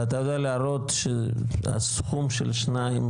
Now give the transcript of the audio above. אבל אתה יודע להראות שהסכום של השניים?